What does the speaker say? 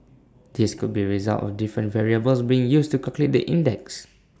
this could be A result of different variables being used to calculate the index